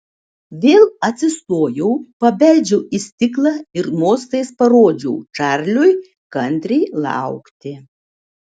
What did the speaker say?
vėl atsistojau pabeldžiau į stiklą ir mostais parodžiau čarliui kantriai laukti